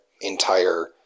entire